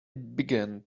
began